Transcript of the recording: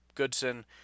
Goodson